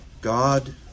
God